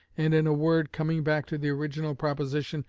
and, in a word, coming back to the original proposition,